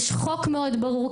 יש חוק מאוד ברור,